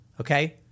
Okay